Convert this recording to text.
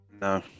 No